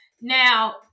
Now